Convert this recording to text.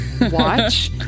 watch